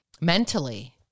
mentally